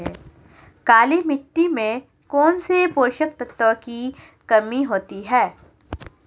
काली मिट्टी में कौनसे पोषक तत्वों की कमी होती है?